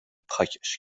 پاکش